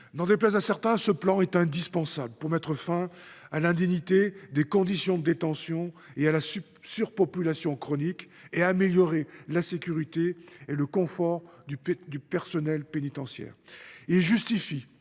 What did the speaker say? N’en déplaise à certains, ce plan est indispensable pour mettre fin à l’indignité des conditions de détention et à la surpopulation chronique, mais aussi pour améliorer la sécurité et le confort du personnel pénitentiaire.